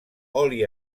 oli